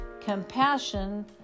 compassion